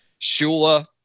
Shula